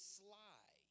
sly